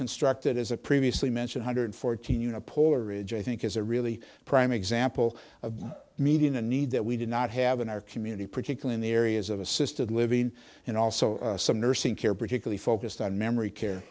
constructed as a previously mentioned hundred fourteen a polar ridge i think is a really prime example of meeting a need that we do not have in our community particularly in the areas of assisted living and also some nursing care particularly focused on memory care